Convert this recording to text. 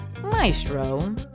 maestro